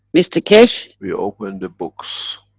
mr keshe? we open the books,